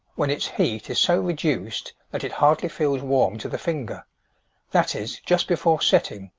when its heat is so reduced that it hardly feels warm to the finger that is, just before setting.